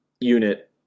unit